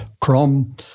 Crom